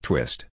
Twist